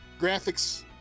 Graphics